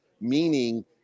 meaning